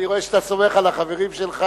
אני רואה שאתה סומך על החברים שלך.